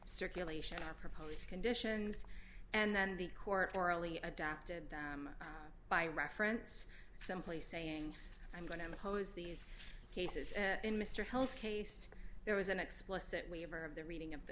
circulation or proposed conditions and the court orally adapted by reference simply saying i'm going to pose these cases in mr health case there was an explicit waiver of the reading of the